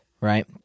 Right